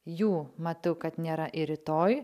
jų matau kad nėra ir rytoj